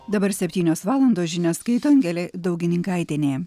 dabar septynios valandos žinias skaito angelė daugininkaitienė